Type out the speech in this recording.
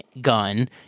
gun